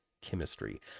chemistry